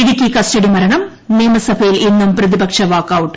Idukki custody മരണം നിയമസഭയിൽ ഇന്നും പ്രതിപക്ഷ വാക്കൌട്ട്